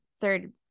third